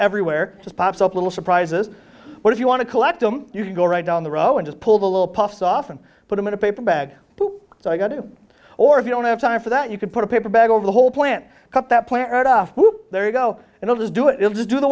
everywhere just pops up little surprises but if you want to collect them you can go right down the row and just pull the little puffs off and put them in a paper bag so i got it or if you don't have time for that you can put a paper bag over the whole plant cut that plant right off who there you go and it does do it just do the